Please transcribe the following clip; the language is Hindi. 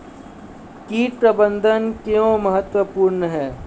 कीट प्रबंधन क्यों महत्वपूर्ण है?